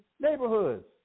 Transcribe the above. neighborhoods